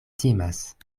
timas